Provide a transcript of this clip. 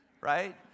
right